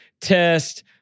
test